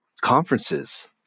conferences